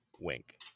wink